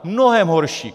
Mnohem horší.